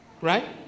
right